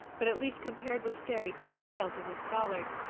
but at least, compared with sterry, turnfelt is a scholar!